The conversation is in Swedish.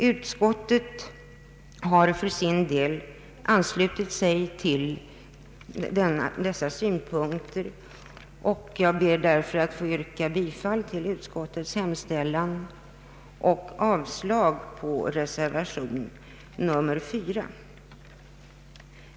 Utskottet har anslutit sig till dessa synpunkter, och jag ber att få yrka bifall till utskottets hemställan och avslag på reservation 4 vid punkten F.